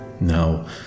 Now